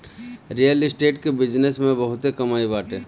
real state के business में बहुते कमाई बाटे